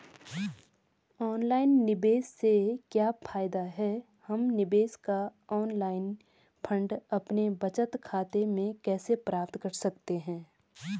Online निवेश से क्या फायदा है हम निवेश का ऑनलाइन फंड अपने बचत खाते में कैसे प्राप्त कर सकते हैं?